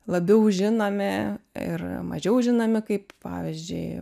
labiau žinomi ir mažiau žinomi kaip pavyzdžiui